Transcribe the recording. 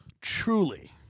Truly